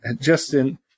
Justin